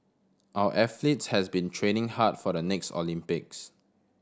our athletes have been training hard for the next Olympics